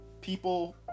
people